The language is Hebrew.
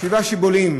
שבע שיבולים